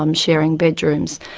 um sharing bedrooms.